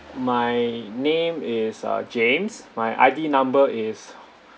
my name is uh james my I_D number is